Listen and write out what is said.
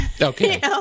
Okay